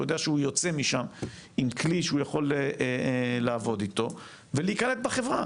הוא יודע שהוא יוצא משם עם כלי שהוא יכול לעבוד איתו ולהיקלט בחברה,